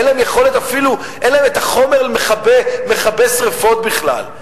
אין להם החומר המכבה שרפות בכלל.